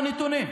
אין לנו נתונים.